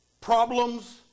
problems